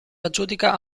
aggiudica